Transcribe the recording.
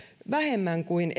vähemmän kuin